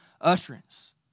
utterance